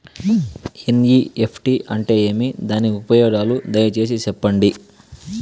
NEFT అంటే ఏమి? దాని ఉపయోగాలు దయసేసి సెప్పండి?